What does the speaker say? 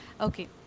Okay